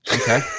Okay